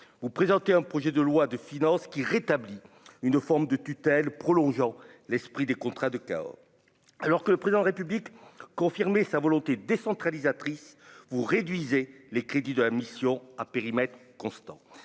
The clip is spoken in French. vous présenter un projet de loi de finances, qui rétablit une forme de tutelle prolongeant l'esprit des contrats de Cahors, alors que le président République confirmé sa volonté décentralisatrice, vous réduisez les crédits de la mission à périmètre constant